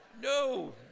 no